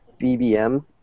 BBM